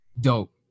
Dope